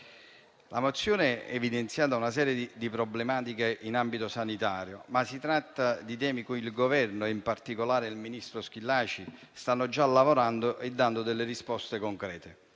la mozione ha evidenziato una serie di problematiche in ambito sanitario, ma si tratta di temi su cui il Governo e in particolare il ministro Schillaci stanno già lavorando e dando delle risposte concrete.